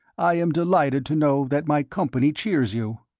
i am delighted to know that my company cheers you.